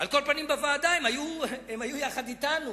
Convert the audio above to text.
שבהם חברי האופוזיציה בוועדה היו יחד אתנו